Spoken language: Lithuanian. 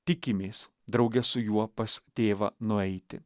tikimės drauge su juo pas tėvą nueiti